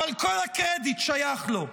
אבל כל הקרדיט שייך לו.